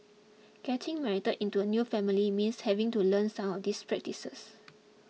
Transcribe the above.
getting married into a new family means having to learn some of these practices